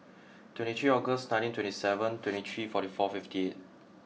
twenty three August nineteen twenty seven twenty three forty four fifty eight